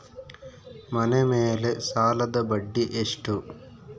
ಮನೆ ಮೇಲೆ ಸಾಲದ ಬಡ್ಡಿ ಎಷ್ಟು?